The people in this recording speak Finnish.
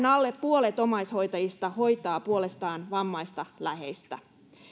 alle puolet omaishoitajista hoitaa puolestaan vammaista läheistä